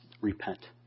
repent